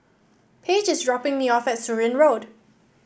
Paige is dropping me off at Surin Road